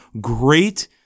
great